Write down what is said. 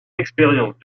expérience